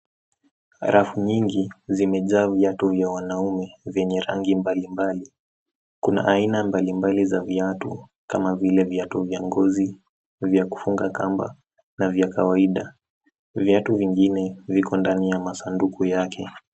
Rafu nyingi zimejaa viatu vya wanaume vyenye rangi mbalimbali. kuna aina mbalimbali za viatu kama vile viatu vya ngozi, vya kufunga kamba na vya kawaida. Viatu vingine viko ndani ya masanduku yake.